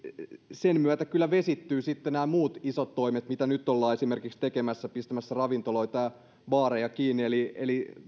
sen myötä kyllä vesittyvät nämä muut isot toimet mitä nyt esimerkiksi ollaan tekemässä pistämässä ravintoloita ja baareja kiinni eli eli